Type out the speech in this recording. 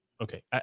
Okay